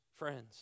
Friends